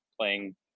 playing